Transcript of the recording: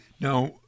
Now